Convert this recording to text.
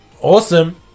awesome